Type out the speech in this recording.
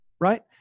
right